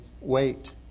wait